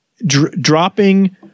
Dropping